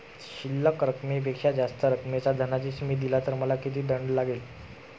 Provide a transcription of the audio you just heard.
शिल्लक रकमेपेक्षा जास्त रकमेचा धनादेश मी दिला तर मला किती दंड लागेल?